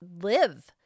live